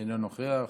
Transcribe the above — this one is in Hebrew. אינו נוכח.